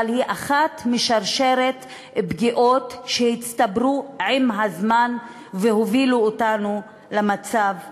אבל היא אחת משרשרת פגיעות שהצטברו עם הזמן והובילו אותנו למצב הזה.